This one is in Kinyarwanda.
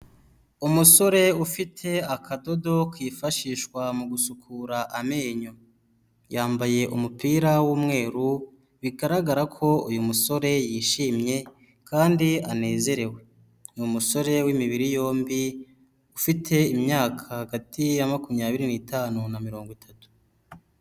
Umusore ufite akadodo kifashishwa mu gusukura amenyo. Yambaye umupira w'umweru, bigaragara ko uyu musore yishimye kandi anezerewe. Ni umusore w'imibiri yombi, ufite imyaka hagati ya makumyabiri n'itanu na mirongo itatu.